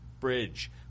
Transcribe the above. bridge